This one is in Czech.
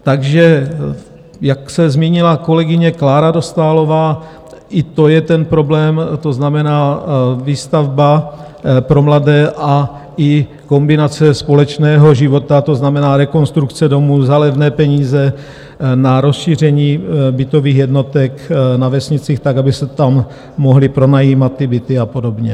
Takže jak se zmínila kolegyně Klára Dostálová, i to je ten problém, to znamená výstavba pro mladé a i kombinace společného života, to znamená rekonstrukce domu za levné peníze na rozšíření bytových jednotek na vesnicích, tak aby se tam mohly pronajímat ty byty a podobně.